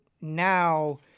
now